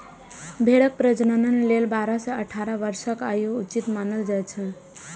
भेड़क प्रजनन लेल बारह सं अठारह वर्षक आयु उचित मानल जाइ छै